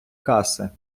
каси